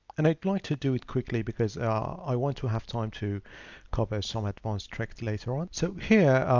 and i'd like to do it quickly because ah i want to have time to cover some advanced tricks later on. so here,